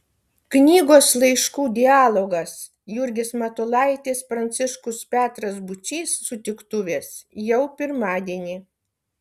knygos laiškų dialogas jurgis matulaitis pranciškus petras būčys sutiktuvės jau pirmadienį